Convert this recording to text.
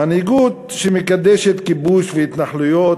מנהיגות שמקדשת כיבוש והתנחלויות,